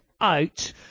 out